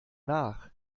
nach